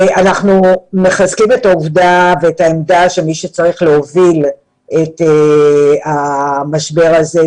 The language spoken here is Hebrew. אנחנו מחזקים את העובדה ואת העמדה שמי שצריך להוביל את המשבר הזה,